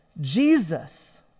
Jesus